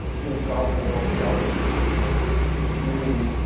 james gosling and all the java people were were like screaming,